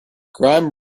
grime